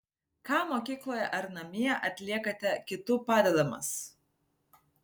ką mokykloje ar namie atliekate kitų padedamas